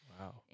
Wow